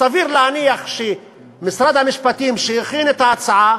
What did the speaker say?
סביר להניח שמשרד המשפטים, שהכין את ההצעה,